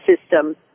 system